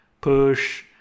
push